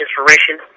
inspiration